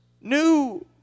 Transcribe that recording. new